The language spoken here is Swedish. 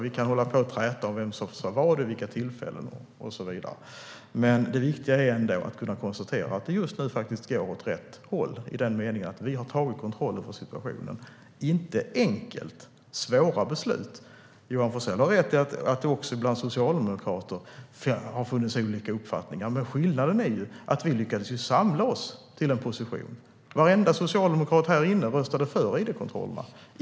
Vi kan hålla på och träta om vem som sa vad, vid vilka tillfällen och så vidare, men det viktiga är ändå att kunna konstatera att det går åt rätt håll just nu i den meningen att vi har tagit kontroll över situationen. Det är inte enkelt, utan det är svåra beslut. Johan Forssell har rätt i att det också bland socialdemokrater har funnits olika uppfattningar, men skillnaden är att vi har lyckats samla oss till en position. Varenda socialdemokrat här inne röstade för id-kontrollerna.